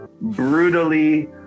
brutally